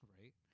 Right